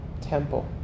temple